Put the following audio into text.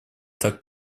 так